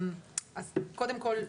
אז קודם כל,